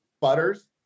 butters